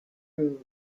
roofs